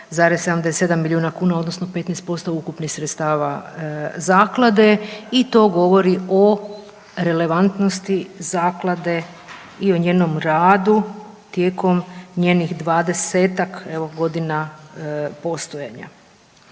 milijuna kuna odnosno 15% ukupnih sredstava zaklade i to govori o relevantnosti zaklade i o njenom radu tijekom njenih 20-ak godina postojanja.